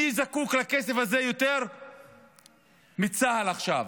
מי זקוק לכסף הזה יותר מצה"ל עכשיו?